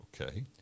Okay